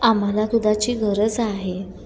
आम्हाला दुधाची गरज आहे